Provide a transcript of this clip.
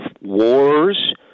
wars